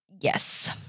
yes